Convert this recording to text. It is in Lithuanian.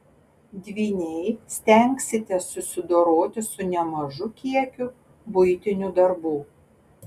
dvyniai stengsitės susidoroti su nemažu kiekiu buitinių darbų